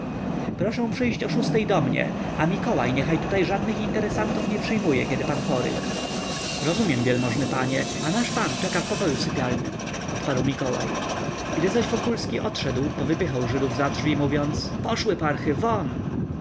proszę przyjść o szóstej do mnie a mikołaj niechaj tu żadnych interesantów nie przyjmuje kiedy pan chory rozumiem wielmożny panie a nasz pan czeka w pokoju sypialnym odparł mikołaj gdy zaś wokulski odszedł powypychał żydów za drzwi mówiąc poszły parchy won